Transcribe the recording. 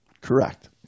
Correct